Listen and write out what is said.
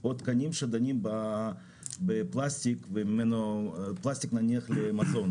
או תקנים שדנים בפלסטיק נניח למזון.